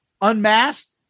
Unmasked